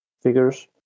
figures